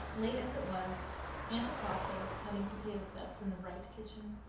late as it was aunt atossa was cutting potato sets in the wright kitchen.